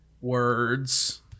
words